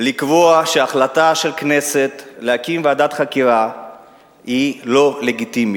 לקבוע שהחלטה של הכנסת להקים ועדת חקירה היא לא לגיטימית.